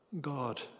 God